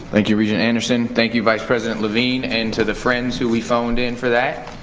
thank you, regent anderson. thank you, vice president levine and to the friends who we phoned in for that.